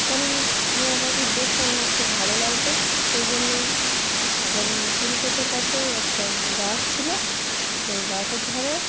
কেননা টিয়া পাখি দেখতে আমার খুব ভালো লাগতো সেই জন্য এখন তিল ক্ষেতের কাছে একটা গাছ ছিল সেই গাছের ধারে